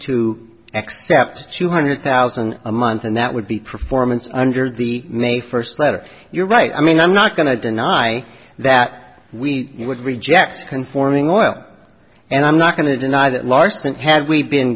accept two hundred thousand a month and that would be performance under the may first letter your right i mean i'm not going to deny that we would reject conforming oil and i'm not going to deny that larsen had we've been